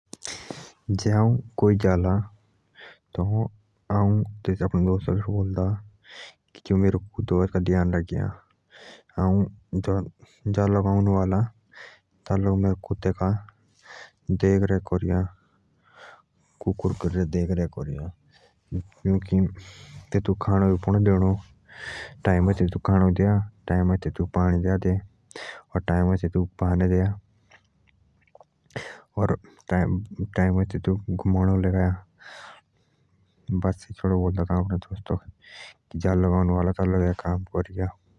जे हाउ कोकी जाला त आऊ आपडे दोस्तक एसो बोलदा कि मेरे कुत्ते का घ्यान राखियां जालक आउ नु आअमा मेरे कुक्र के देख रेख करिया तेतूक खाणक भी पडदो देणो टाइमच तेतूक पाणि भी पडदो देणो बाने भी देया और टाइमच तेतूक गुमाणक लिजाया जाअ आहु नु आअमा।